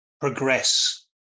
progress